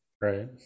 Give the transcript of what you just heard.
Right